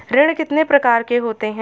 ऋण कितने प्रकार के होते हैं?